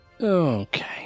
Okay